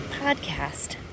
podcast